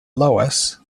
loess